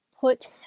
put